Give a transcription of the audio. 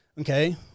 okay